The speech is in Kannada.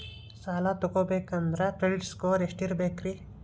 ಸಾಲ ತಗೋಬೇಕಂದ್ರ ಕ್ರೆಡಿಟ್ ಸ್ಕೋರ್ ಎಷ್ಟ ಇರಬೇಕ್ರಿ?